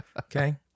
Okay